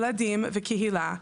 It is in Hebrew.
ילדים וקהילה,